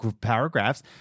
paragraphs